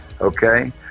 okay